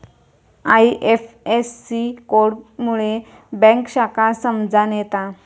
IFSC code मुळे bank शाखा समजान येता